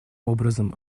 образом